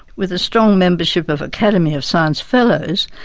with a strong membership of academy of science fellows,